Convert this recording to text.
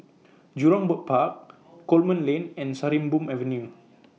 Jurong Bird Park Coleman Lane and Sarimbun Avenue